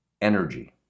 energy